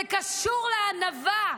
זה קשור לענווה,